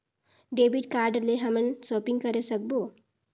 Debit card ले हमन shopping करे सकबो?